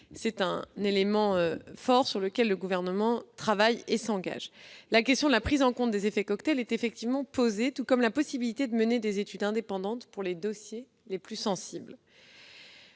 d'un élément fort sur lequel le Gouvernement travaille et s'engage. La question de la prise en compte des effets cocktails est effectivement posée, tout comme la possibilité de mener des études indépendantes pour les dossiers les plus sensibles.